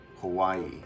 Hawaii